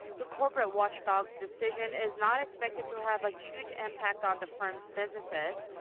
the corporate watchdog's decision is not expected to have a huge impact on the firms' businesses,